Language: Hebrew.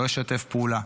לא לשתף פעולה.